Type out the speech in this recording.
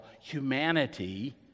humanity